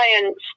science